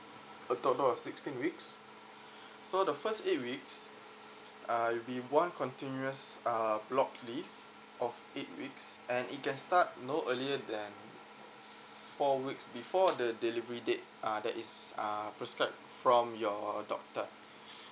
a total of sixteen weeks so the first eight weeks uh it'll be one continuous uh block leave of eight weeks and it can start no earlier than four weeks before the delivery date uh that is uh prescribed from your doctor